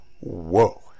Whoa